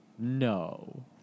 No